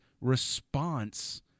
response